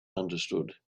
understood